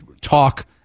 talk